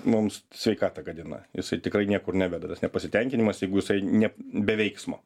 mums sveikatą gadina jisai tikrai niekur neveda tas nepasitenkinimas jeigu jisai ne be veiksmo